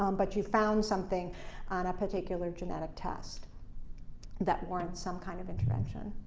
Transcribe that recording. um but you found something on a particular genetic test that warrants some kind of intervention.